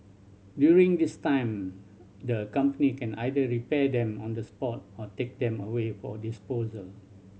during this time the company can either repair them on the spot or take them away for a disposal